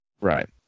Right